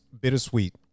bittersweet